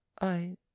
I